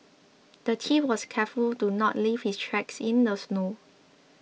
the thief was careful to not leave his tracks in the snow